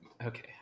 Okay